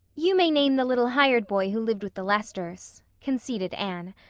you may name the little hired boy who lived with the lesters, conceded anne.